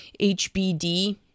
HBD